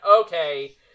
Okay